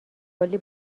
کلی